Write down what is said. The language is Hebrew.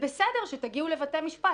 בסדר שתגיעו לבתי משפט.